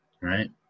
right